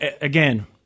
again